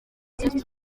princess